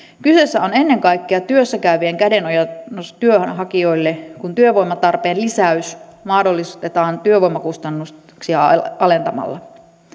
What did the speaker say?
kyseessä on ennen kaikkea työssä käyvien kädenojennus työnhakijoille kun työvoimatarpeen lisäys mahdollistetaan työvoimakustannuksia alentamalla